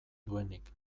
duenik